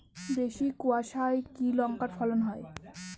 বেশি কোয়াশায় কি লঙ্কার ফলন কমায়?